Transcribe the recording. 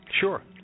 Sure